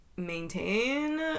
maintain